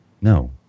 No